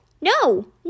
No